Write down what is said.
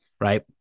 right